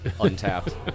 untapped